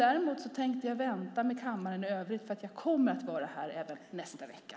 Däremot tänkte jag vänta med kammaren i övrigt, eftersom jag kommer att vara här även nästa vecka.